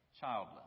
childless